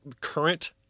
current